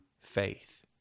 faith